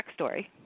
backstory